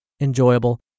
enjoyable